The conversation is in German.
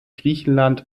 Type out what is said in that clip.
griechenland